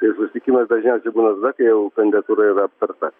ir susitikimas dažniausiai būna tada kai jau kandidatūra yra aptarta